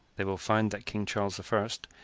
they will find that king charles the first,